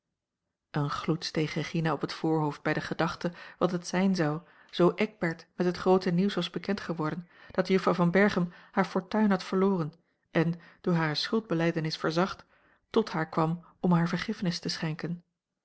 een gloed steeg regina op het voorhoofd bij de gedachte wat a l g bosboom-toussaint langs een omweg het zijn zou zoo eckbert met het groote nieuws was bekend geworden dat juffrouw van berchem haar fortuin had verloren en door hare schuldbelijdenis verzacht tot haar kwam om haar vergiffenis te schenken